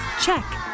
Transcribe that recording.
check